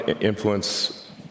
influence